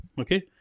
Okay